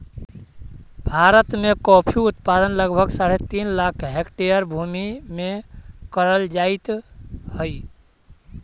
भारत में कॉफी उत्पादन लगभग साढ़े तीन लाख हेक्टेयर भूमि में करल जाइत हई